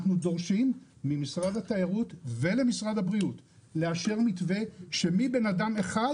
אנחנו דורשים ממשרד התיירות וממשרד הבריאות לאשר מתווה שמבן אדם אחד